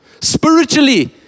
Spiritually